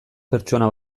pertsona